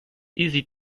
easy